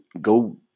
go